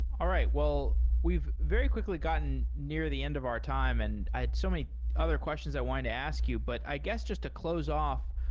all right. well, we've very quickly gotten near the end of our time and i had so many other questions i wanted to ask you, but i guess just to close off,